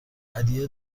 هدیه